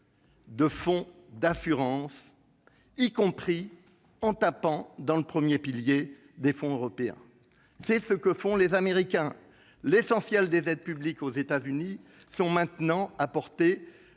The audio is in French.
de fonds d'assurance, y compris en tapant dans le premier pilier des fonds européens. C'est ce que font les Américains : l'essentiel des aides publiques aux États-Unis sont apportées